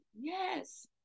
Yes